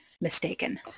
mistaken